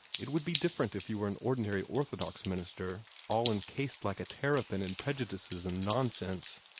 it would be different if you were an ordinary orthodox minister, all encased like a terrapin in prejudices and nonsense.